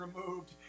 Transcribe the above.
removed